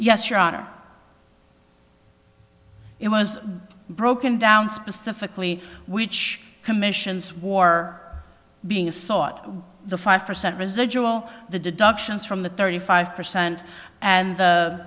yes your honor it was broken down specifically which commissions war being sought the five percent residual the deductions from the thirty five percent and